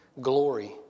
glory